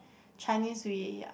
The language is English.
Chinese ya